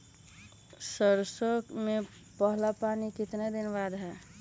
सरसों में पहला पानी कितने दिन बाद है?